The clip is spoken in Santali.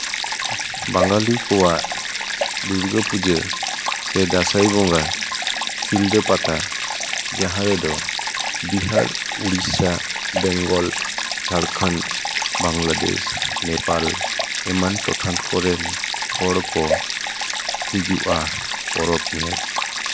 ᱵᱟᱝᱜᱟᱞᱤ ᱠᱚᱣᱟᱜ ᱫᱩᱨᱜᱟᱹᱯᱩᱡᱟᱹ ᱥᱮ ᱫᱟᱸᱥᱟᱭ ᱵᱚᱸᱜᱟ ᱥᱤᱞᱫᱟᱹ ᱯᱟᱛᱟ ᱡᱟᱦᱟᱸ ᱨᱮᱫᱚ ᱵᱤᱦᱟᱨ ᱚᱲᱤᱥᱥᱟ ᱵᱮᱝᱜᱚᱞ ᱡᱷᱟᱲᱠᱷᱚᱱᱰ ᱵᱟᱝᱞᱟᱫᱮᱥ ᱱᱮᱯᱟᱞ ᱮᱢᱟᱱ ᱴᱚᱴᱷᱟ ᱠᱚᱨᱮᱱ ᱦᱚᱲ ᱠᱚ ᱦᱤᱡᱩᱜᱼᱟ ᱯᱚᱨᱚᱵᱽ ᱧᱮᱞ